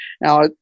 Now